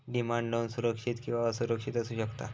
demand loan सुरक्षित किंवा असुरक्षित असू शकता